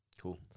Cool